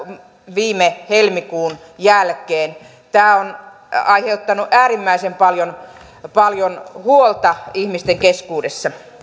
viime helmikuun jälkeen tämä on aiheuttanut äärimmäisen paljon paljon huolta ihmisten keskuudessa